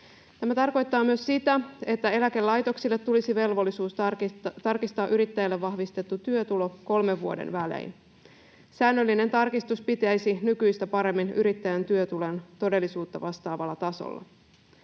Tämä tarkoittaa myös sitä, että eläkelaitoksille tulisi velvollisuus tarkistaa yrittäjälle vahvistettu työtulo kolmen vuoden välein. Säännöllinen tarkistus pitäisi nykyistä paremmin yrittäjän työtulon todellisuutta vastaavalla tasolla.